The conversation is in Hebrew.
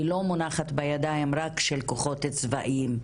לא מונחת בידיים רק של הכוחות הצבאיים,